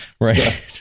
right